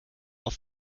auf